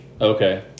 okay